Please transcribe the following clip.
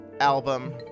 album